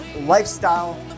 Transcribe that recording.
Lifestyle